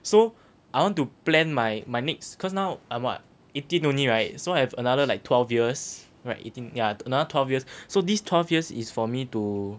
so I want to plan my my next because now I'm [what] eighteen only right so I have another like twelve years right eighteen yeah another twelve years so these twelve years is for me to